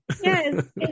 Yes